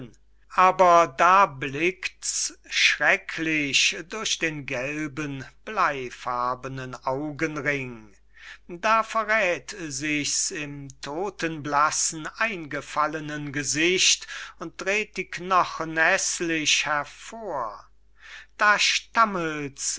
aber da blickts schrecklich durch den gelben bleyfarbenen augenring da verräth sichs im todenblassen eingefallenen gesicht und dreht die knochen heßlich hervor da stammelts